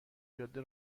جاده